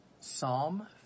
Psalm